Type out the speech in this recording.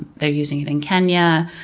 they're using it in kenya.